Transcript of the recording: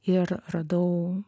ir radau